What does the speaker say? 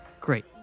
Great